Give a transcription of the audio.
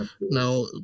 Now